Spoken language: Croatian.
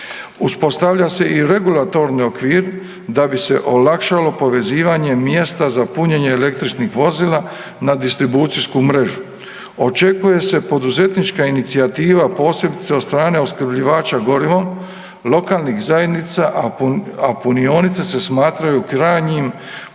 Uspostavlja se i regulatorni okvir da bi se olakšalo povezivanje mjesta za punjenje električnih vozila na distribucijsku mrežu. Očekuje se poduzetnička inicijativa, posebice od strane opskrbljivača gorivom lokalnih zajednica, a punionice se smatraju krajnjim kupcem